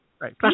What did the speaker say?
Right